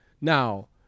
Now